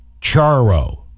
Charo